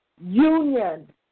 union